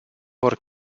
vor